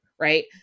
right